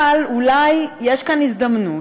אבל אולי יש כאן הזדמנות,